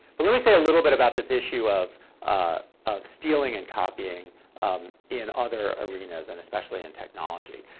but let me say a little bit about this issue of ah of stealing and copying in other arenas, and especially in technology.